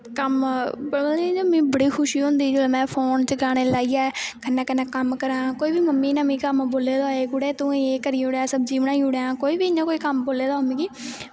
कम्म मतलब कि बड़ी इ'यां खुशी होंदी जिसलै में फोन च गाने लाइयै कन्नै कन्नै कम्म करां कोई बी मम्मी नै कम्म बोले दा होए कुड़े तूं एह् करी ओड़ेआं सब्जी बनाई ओड़ेआं कोई बी इ'यां कम्म बोले दा होए इ'यां